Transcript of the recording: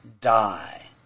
die